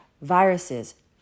viruses